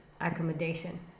accommodation